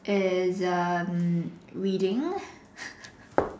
is um reading